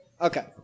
Okay